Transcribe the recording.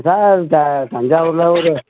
sir இந்த தஞ்சாவூரில் ஒரு